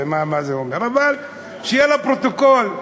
אבל שיהיה לפרוטוקול.